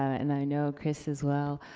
and i know chris as well,